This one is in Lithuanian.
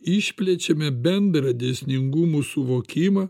išplečiame bendrą dėsningumų suvokimą